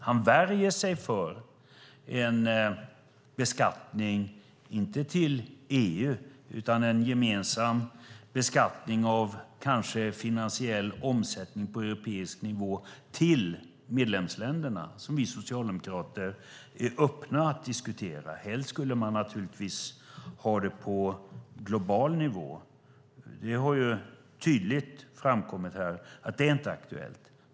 Han värjer sig för en beskattning inte till EU utan en gemensam beskattning av kanske finansiell omsättning på europeisk nivå till medlemsländerna, som vi socialdemokrater är öppna för att diskutera. Helst skulle man naturligtvis ha det på global nivå. Det har tydligt framkommit här att det inte är aktuellt.